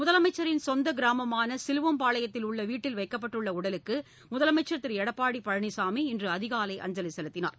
முதலமைச்சரின் சொந்த கிராமமான சிலுவம்பாளையத்தில் உள்ள வீட்டில் வைக்கப்பட்டுள்ள உடலுக்கு முதலமைச்சர் திரு எடப்பாடி பழனிசாமி இன்று அதிகாலை அஞ்சலி செலுத்தினார்